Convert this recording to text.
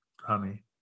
honey